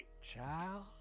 Child